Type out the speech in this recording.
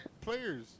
players